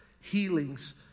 healings